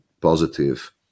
positive